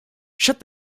shut